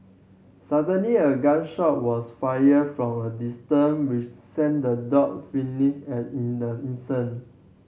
suddenly a gun shot was fired from a distance which sent the dog fleeing in the instant